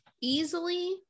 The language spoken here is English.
easily